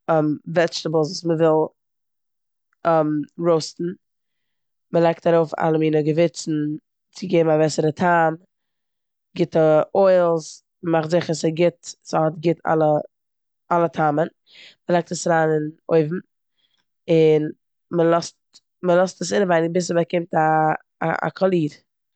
וועדשטעבלס וואס מ'וויל ראוסטן, מ'לייגט ארויף אלע מינע געווירצן צו געבן א בעסערע טעם, גוטע אוילס, מ'מאכט זיכער ס'גוט- ס'האט גוט אלע- אלע טעמען, מ'לייגט עס אריין אין אויוון און מ'לאזט- מ'לאזט עס אינעווייניג ביז ס'באקומט א- א- א קאליר.